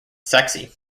sexy